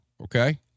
Okay